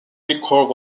record